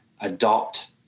adopt